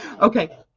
Okay